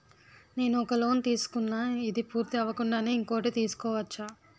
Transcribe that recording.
నేను ఒక లోన్ తీసుకున్న, ఇది పూర్తి అవ్వకుండానే ఇంకోటి తీసుకోవచ్చా?